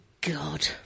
God